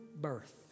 birth